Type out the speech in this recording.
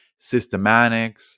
systematics